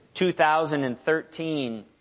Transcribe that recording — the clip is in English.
2013